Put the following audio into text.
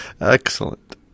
Excellent